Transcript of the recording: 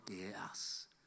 Yes